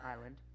island